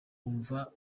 wumva